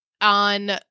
on